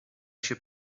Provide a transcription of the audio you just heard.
się